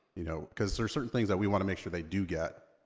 you know, because there's certain things that we wanna make sure they do get,